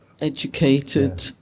educated